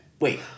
Wait